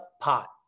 Pot